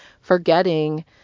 forgetting